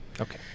okay